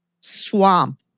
swamp